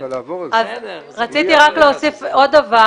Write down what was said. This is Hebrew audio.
רציתי להוסיף עוד דבר.